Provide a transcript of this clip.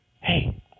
Hey